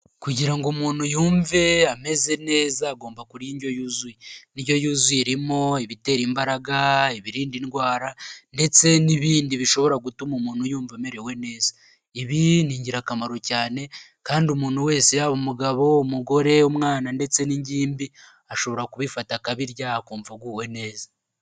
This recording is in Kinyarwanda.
Kugira ngo umuntu yumve ameze neza, agomba kurya indyo yuzuye, indyo yuzuye irimo ibitera imbaraga, ibirinda indwara, ndetse n'ibindi bishobora gutuma umuntu yumva amerewe neza, ibi ni ingirakamaro cyane kandi umuntu wese yaba umugabo, umugore, umwana ndetse n'ingimbi, ashobora kubifata akabirya akumva aguwe neza.